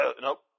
Nope